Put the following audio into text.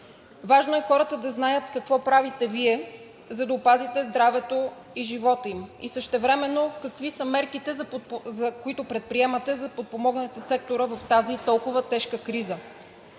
Важно е хората да знаят какво правите Вие, за да опазите здравето и живота им. И същевременно какви са мерките, които предприемате, за да подпомогнете сектора в тази толкова тежка криза?